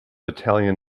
italian